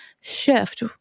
shift